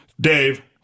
Dave